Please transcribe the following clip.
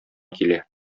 килә